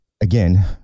again